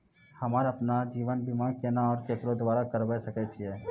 हमरा आपन जीवन बीमा केना और केकरो द्वारा करबै सकै छिये?